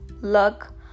luck